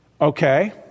Okay